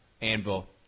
Anvil